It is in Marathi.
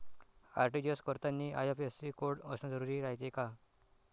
आर.टी.जी.एस करतांनी आय.एफ.एस.सी कोड असन जरुरी रायते का?